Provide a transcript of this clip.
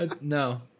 No